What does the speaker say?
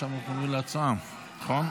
אני קובע כי הצעת חוק לתיקון פקודת מס הכנסה (ניכוי הוצאות הנפקה),